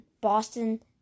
Boston